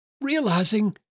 realizing